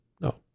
no